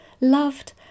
loved